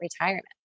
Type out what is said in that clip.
retirement